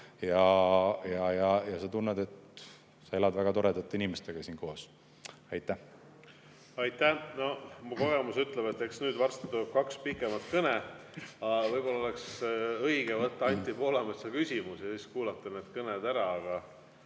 ja sa tunned, et sa elad väga toredate inimestega siin koos. Minu kogemus ütleb, et eks nüüd varsti tuleb kaks pikemat kõnet. Võib-olla oleks õige võtta Anti Poolametsa küsimus ja siis kuulata need kõned ära.